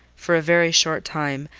for a very short time,